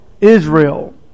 Israel